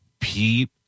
pete